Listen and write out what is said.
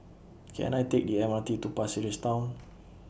Can I Take The M R T to Pasir Ris Town